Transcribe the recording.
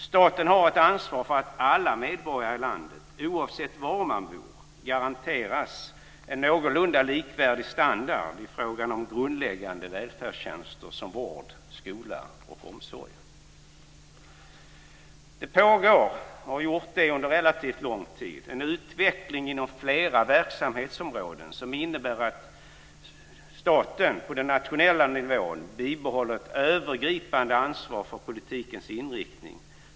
Staten har ett ansvar för att alla medborgare i landet, oavsett var man bor, garanteras en någorlunda likvärdig standard i fråga om grundläggande välfärdstjänster som vård, skola och omsorg. Det pågår, och har gjort det under relativt lång tid, en utveckling inom flera verksamhetsområden som innebär att staten på den nationella nivån bibehåller ett övergripande ansvar för politikens inriktning.